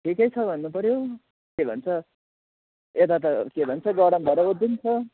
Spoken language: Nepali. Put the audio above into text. ठिकै छ भन्नु पऱ्यो के भन्छ यता त के भन्छ गरम भएर उधुम छ